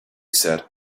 said